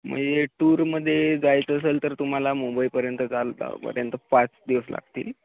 म्हणजे टूरमध्ये जायचं असेल तर तुम्हाला मुंबईपर्यंत चालतापर्यंत पाच दिवस लागतील